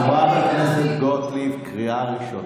חברת הכנסת גוטליב, קריאה ראשונה.